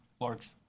large